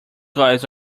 guys